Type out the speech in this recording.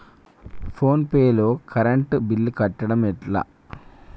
Phone pay లో current bill కట్టడం ఎట్లా?